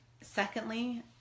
Secondly